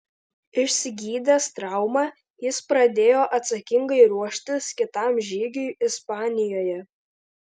išsigydęs traumą jis pradėjo atsakingai ruoštis kitam žygiui ispanijoje